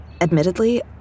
Admittedly